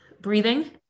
Breathing